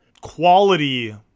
quality